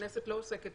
הכנסת לא עוסקת